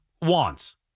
Wants